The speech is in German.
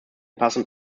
passen